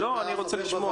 אני רוצה לשמוע.